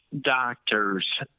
doctors